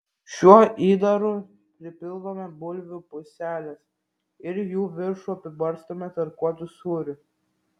šiuo įdaru pripildome bulvių puseles ir jų viršų apibarstome tarkuotu sūriu